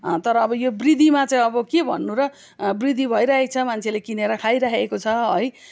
तर अब यो वृद्धिमा चाहिँ अब के भन्नु र वृद्धि भइरहेको छ मान्छेले किनेर खाइरहेको छ है